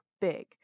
big